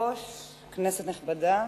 היושב-ראש, כנסת נכבדה,